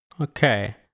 okay